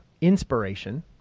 inspiration